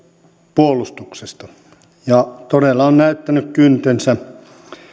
puolustuksesta ja se todella on näyttänyt kyntensä